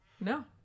No